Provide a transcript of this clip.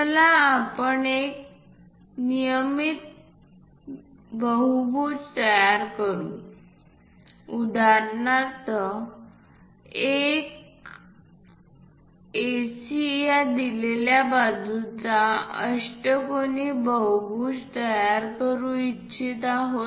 चला आपण एक नियमित बहुभुज तयार करू उदाहरणार्थ आपण एक AC या दिलेल्या बाजूचा अष्टकोनी बहुभुज तयार करू इच्छितो